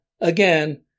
again